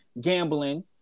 gambling